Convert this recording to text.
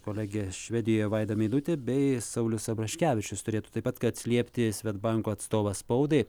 kolege švedijoje vaida meidutė bei saulius abraškevičius turėtų taip pat ką atsiliepti svedbanko atstovas spaudai